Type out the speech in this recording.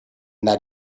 that